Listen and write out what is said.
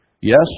Yes